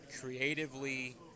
creatively